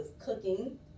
cooking